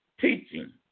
teaching